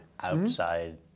outside